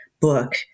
book